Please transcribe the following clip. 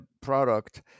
product